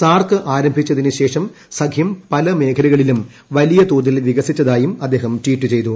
സാർക്ക് ആരംഭിച്ചതിന് ശേഷം സഖ്യം പല മേഖലകളിലും വലിയ തോതിൽ വികസിച്ചതായും അദ്ദേഹം ട്വീറ്റ് ചെയ്തു